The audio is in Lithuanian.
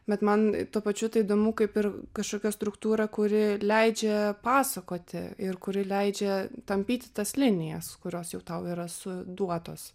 bet man tuo pačiu tai įdomu kaip ir kažkokia struktūra kuri leidžia pasakoti ir kuri leidžia tampyti tas linijas kurios jau tau yra su duotos